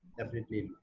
definitely.